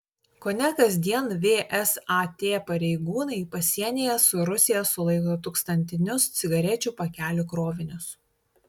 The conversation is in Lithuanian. kone kasdien vsat pareigūnai pasienyje su rusija sulaiko tūkstantinius cigarečių pakelių krovinius